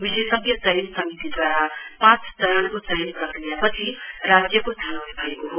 विशेषज्ञ चयन समितिद्वारा पाँच चरणको चयन प्रक्रियापछि राज्यको छनौट भएको हो